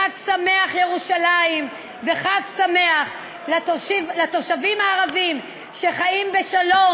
חג שמח ירושלים וחג שמח לתושבים הערבים שחיים בשלום